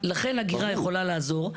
לכן אגירה יכולה לעזור,